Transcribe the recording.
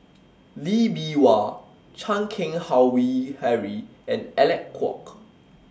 Lee Bee Wah Chan Keng Howe Harry and Alec Kuok